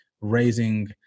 raising